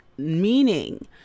meaning